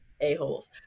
a-holes